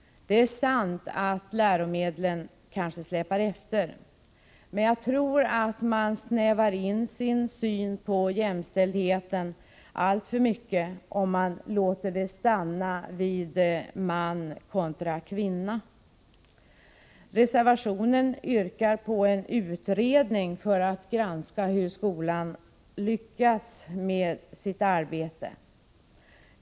Det är kanske sant att läromedlen släpar efter. Men jag tror att man snävar in sin syn på jämställdheten alltför mycket om man låter det stanna vid man kontra kvinna. Reservationen yrkar på en utredning för att granska hur skolan lyckas med sitt arbete.